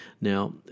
Now